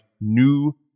new